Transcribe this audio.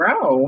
grow